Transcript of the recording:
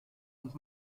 und